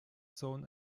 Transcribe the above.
sohn